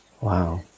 Wow